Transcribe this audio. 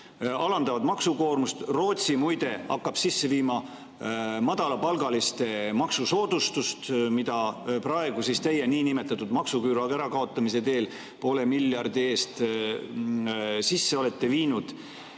alandavad maksukoormust. Rootsi, muide, hakkab sisse viima madalapalgaliste maksusoodustust, mida praegu teie niinimetatud maksuküüru kaotamise teel poole miljardi eest n‑ö sisse olete viinud.